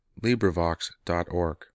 LibriVox.org